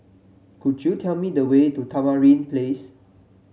could you tell me the way to Tamarind Place